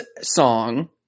song